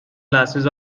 classes